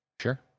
Sure